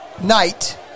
night